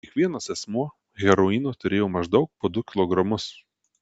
kiekvienas asmuo heroino turėjo maždaug po du kilogramus